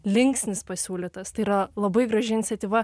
linksnis pasiūlytas tai yra labai graži iniciatyva